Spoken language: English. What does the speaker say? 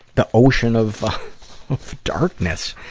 the ocean of darkness.